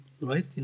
right